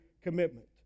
commitment